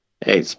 Hey